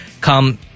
come